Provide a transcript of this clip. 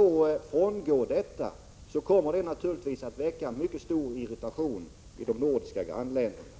Om vi frångick den uppfattning som då kom till uttryck, skulle det naturligtvis komma att väcka mycket stor irritation i de nordiska grannländerna.